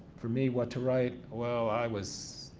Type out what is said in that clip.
for me, what to write? while i was,